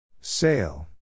Sail